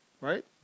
Right